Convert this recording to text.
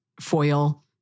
foil